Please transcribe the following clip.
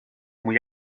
muy